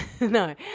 No